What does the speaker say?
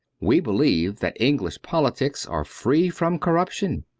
we believe that english politics are free from corrup tion.